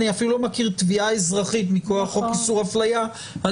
אני אפילו לא מכיר תביעה אזרחית מכוח חוק איסור הפליה על